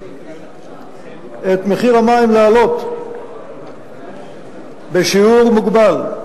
את מחיר המים להעלות בשיעור מוגבל.